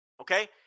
okay